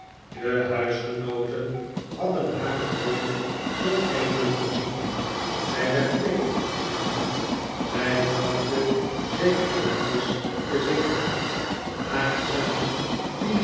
de huisgenooten hadden haar nog nooit zoo gemelijk gezien zij werd bleek en ziek zij trachtte zekere liedjes te zingen